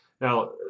now